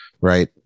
right